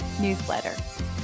newsletter